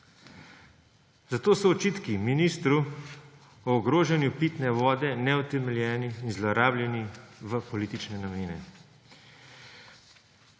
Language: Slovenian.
Zato so očitki ministru o ogrožanju pitne vode neutemeljeni in zlorabljeni v politične namene.